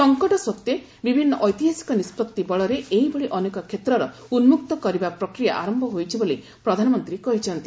ସଂକଟ ସଭ୍ଜ୍ୱେ ବିଭିନ୍ନ ଐତିହାସିକ ନିଷ୍କଭି ବଳରେ ଏଇଭଳି ଅନେକ କ୍ଷେତ୍ରର ଉନ୍ନକ୍ତ କରିବା ପ୍ରକ୍ରିୟା ଆରମ୍ଭ ହୋଇଛି ବୋଲି ପ୍ରଧାନମନ୍ତ୍ରୀ କହିଛନ୍ତି